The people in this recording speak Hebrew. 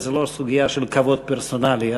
זה לא סוגיה של כבוד פרסונלי,